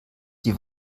die